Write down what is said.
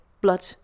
blood